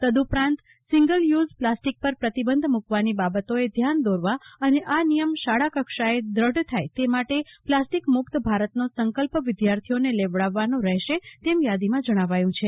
તદઉપરાંત single use plastic પર પ્રતિબંધ મુકવાની બાબતોએ ધ્યાન દોરવા અને આ નિયમ શાળાકક્ષાએ દઢ થાય તે માટે પ્લાસ્ટીકમુક્ત ભારતનો સંકલ્પ વિધાર્થીઓને લેવડાવવાનો રહેશે એમ યાદીમાં જણાવાયુ છે